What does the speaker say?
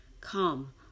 Come